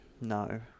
no